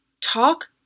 talk